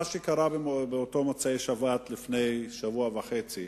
מה שקרה באותו מוצאי-שבת לפני שבוע וחצי,